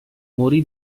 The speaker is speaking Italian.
morì